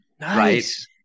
Nice